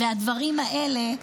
הדברים האלה,